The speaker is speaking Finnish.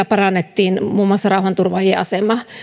parannettiin muun muassa rauhanturvaajien asemaa